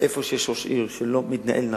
במקום שיש ראש עיר שלא מתנהל נכון,